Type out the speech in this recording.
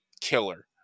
killer